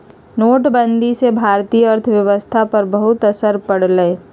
नोटबंदी से भारतीय अर्थव्यवस्था पर बहुत असर पड़ लय